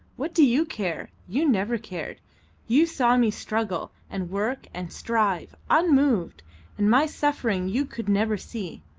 what do you care? you never cared you saw me struggle, and work, and strive, unmoved and my suffering you could never see.